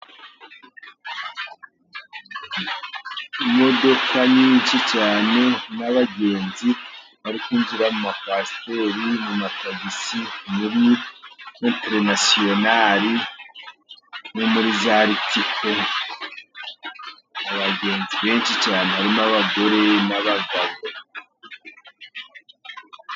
Imodoka nyinshi cyane, n'abagenzi bari kwinjira mu ma kwasiteri, mu matagisi, muri interinasiyonari, no muri za Ritiko, abagenzi benshi cyane hari n'abagore n'abagabo.